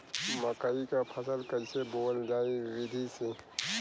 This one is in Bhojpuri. मकई क फसल कईसे बोवल जाई विधि से?